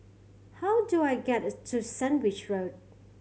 how do I get to Sandwich Road